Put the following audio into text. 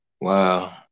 Wow